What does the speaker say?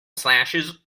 slashes